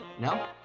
no